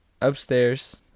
Upstairs